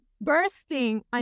bursting